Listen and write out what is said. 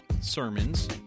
sermons